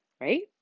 right